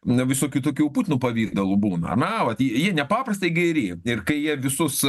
na visų kitokių putinų pavidalų būna na vat jį jį nepaprastai geri ir kai jie visus